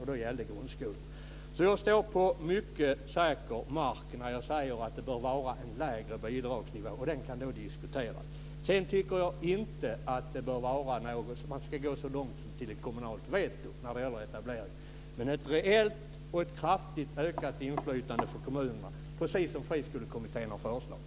Det gällde grundskolor. Jag står alltså på mycket säker mark när jag säger att det bör vara en lägre bidragsnivå. Den kan diskuteras. Sedan tycker jag inte att man ska gå så långt som till ett kommunalt veto när det gäller etablering. Men det ska vara ett reellt och kraftigt inflytande för kommunerna, precis som Friskolekommittén har föreslagit.